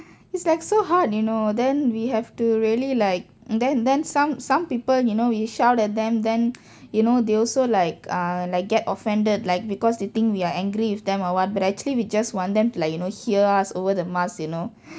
it's like so hard you know then we have to really like and then then some some people you know we shout at them then you know they also like uh like get offended like because they think we are angry with them or what but actually we just want them to like you know hear us over the mask you know